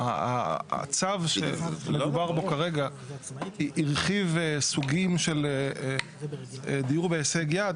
הצו שמדובר בו כרגע הרחיב סוגים של דיור בהישג יד,